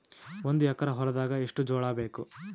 ಒಂದು ಎಕರ ಹೊಲದಾಗ ಎಷ್ಟು ಜೋಳಾಬೇಕು?